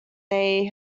they